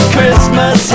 Christmas